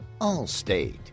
Allstate